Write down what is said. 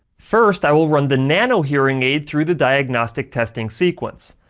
first, i will run the nano hearing aid through the diagnostic testing sequence.